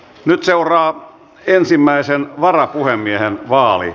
nyt seuraa ensimmäisen varapuhemiehen vaali